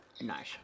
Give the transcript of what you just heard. nice